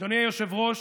אדוני היושב-ראש,